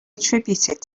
attributed